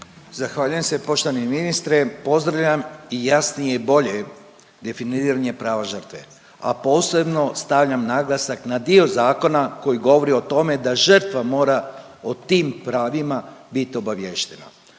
Zahvaljujem se. Poštovani ministre pozdravljam i jasnije i bolje definiranje prava žrtve, a posebno stavljam naglasak na dio zakona koji govori o tome da žrtva mora o tim pravima bit obavještena.